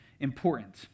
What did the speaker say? important